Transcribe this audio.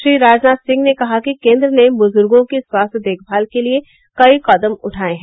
श्री राजनाथ सिंह ने कहा कि केन्द्र ने बुजुर्गों की स्वास्थ्य देखमाल के लिए कई कदम उठाए हैं